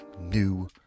new